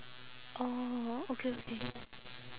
oh okay okay